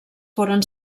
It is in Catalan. foren